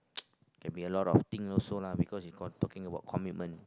can be a lot of thing also lah because you talking about commitment